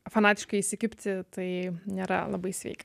fanatiškai įsikibti tai nėra labai sveika